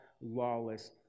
lawless